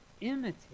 Imitate